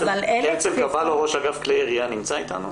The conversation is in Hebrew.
הרצל קבלו, ראש אגף כלי ירייה נמצא אתנו?